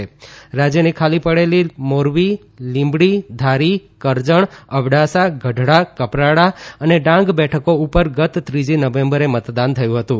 ત્રીજી નવેમ્બરે રાજ્યની ખાલી પડેલી મોરબી લીંબડી ધારી કરજણ અબડાસા ગઢડા કપરાડા અને ડાંગ બેઠકો ઉપર ગત ત્રીજી નવેમ્બરે મતદાન થયું હતુ